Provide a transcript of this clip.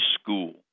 school